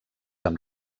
amb